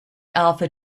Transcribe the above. alpha